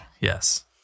Yes